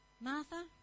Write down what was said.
Martha